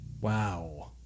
Wow